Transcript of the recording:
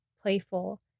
playful